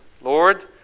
Lord